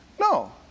no